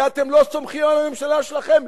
כי אתם לא סומכים על הממשלה שלכם.